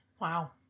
Wow